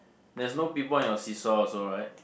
there's no people on your see saw also right